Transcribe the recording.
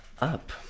Up